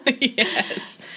yes